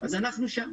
אז אנחנו שם.